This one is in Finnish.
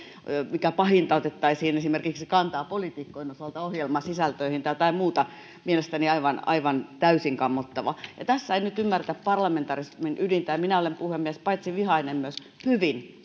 mikä pahinta otettaisiin esimerkiksi kantaa poliitikkojen osalta ohjelmasisältöihin tai jotain muuta mielestäni aivan aivan täysin kammottavaa tässä ei nyt ymmärretä parlamentarismin ydintä minä olen puhemies paitsi vihainen myös hyvin